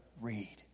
read